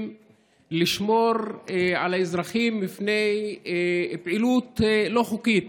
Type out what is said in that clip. לשמור על האזרחים מפני פעילות לא חוקית